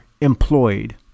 employed